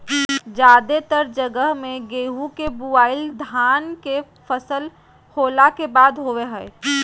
जादेतर जगह मे गेहूं के बुआई धान के फसल होला के बाद होवो हय